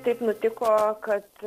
taip nutiko kad